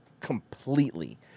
completely